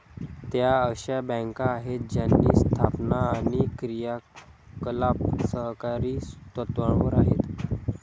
त्या अशा बँका आहेत ज्यांची स्थापना आणि क्रियाकलाप सहकारी तत्त्वावर आहेत